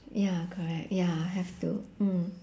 ya correct ya have to mm